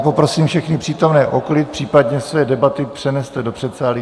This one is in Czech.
Poprosím všechny přítomné o klid, případně své debaty přeneste do předsálí.